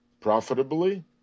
profitably